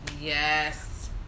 Yes